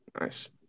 Nice